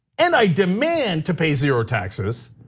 and i demand to pay zero taxes.